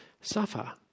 suffer